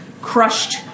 crushed